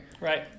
Right